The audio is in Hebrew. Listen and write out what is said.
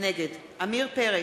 נגד עמיר פרץ,